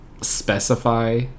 specify